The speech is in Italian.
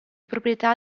proprietà